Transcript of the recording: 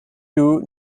two